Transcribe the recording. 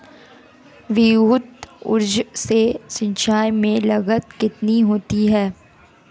विद्युत ऊर्जा से सिंचाई में लागत कितनी होती है?